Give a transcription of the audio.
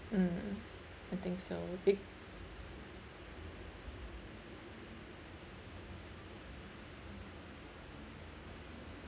mm I think so be~